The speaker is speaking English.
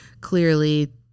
clearly